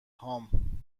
هام